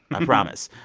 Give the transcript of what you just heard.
i promise.